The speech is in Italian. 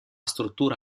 struttura